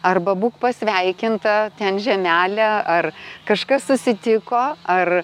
arba būk pasveikinta ten žemele ar kažkas susitiko ar